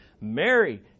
Mary